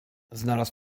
znalazł